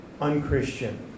unchristian